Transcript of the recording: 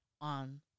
on